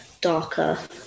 darker